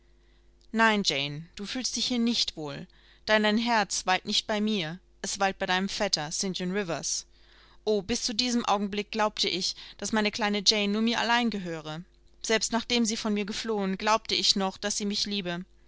nein jane du fühlst dich hier nicht wohl denn dein herz weilt nicht bei mir es weilt bei deinem vetter st john rivers o bis zu diesem augenblick glaubte ich daß meine kleine jane nur mir allein gehöre selbst nachdem sie von mir geflohen glaubte ich noch daß sie mich liebe